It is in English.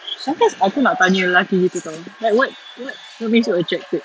sometimes aku nak tanya lelaki gitu [tau] like what what what makes you attracted